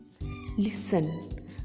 Listen